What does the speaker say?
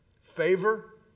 favor